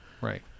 right